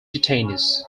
detainees